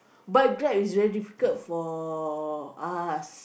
but Grab is very difficult for us